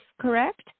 correct